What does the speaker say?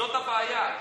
זאת הבעיה,